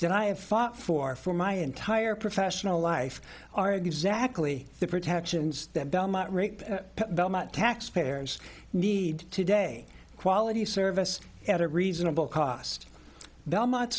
that i have fought for for my entire professional life are exactly the protections that belmont rate taxpayers need today quality service at a reasonable cost belmont